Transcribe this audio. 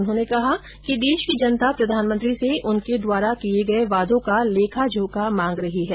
उन्होंने कहा कि देश की जनता प्रधानमंत्री से उनके द्वारा किये गये वादों का लेखा जोखा मांग रही है